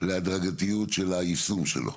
להדרגתיות של היישום שלו.